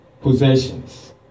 possessions